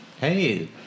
hey